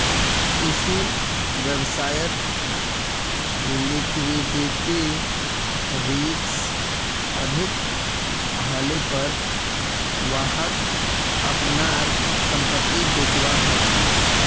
किसी व्यवसायत लिक्विडिटी रिक्स अधिक हलेपर वहाक अपनार संपत्ति बेचवा ह छ